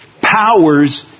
powers